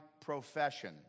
profession